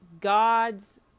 God's